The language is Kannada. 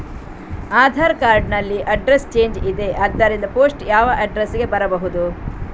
ಆಧಾರ್ ಕಾರ್ಡ್ ನಲ್ಲಿ ಅಡ್ರೆಸ್ ಚೇಂಜ್ ಇದೆ ಆದ್ದರಿಂದ ಪೋಸ್ಟ್ ಯಾವ ಅಡ್ರೆಸ್ ಗೆ ಬರಬಹುದು?